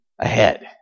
ahead